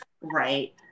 Right